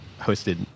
hosted